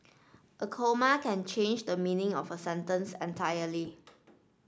a comma can change the meaning of a sentence entirely